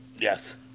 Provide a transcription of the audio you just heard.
Yes